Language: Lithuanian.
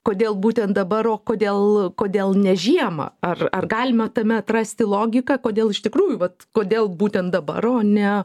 kodėl būtent dabar o kodėl kodėl ne žiemą ar ar galima tame atrasti logiką kodėl iš tikrųjų vat kodėl būtent dabar o ne